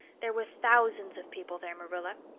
there were thousands of people there, marilla.